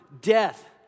death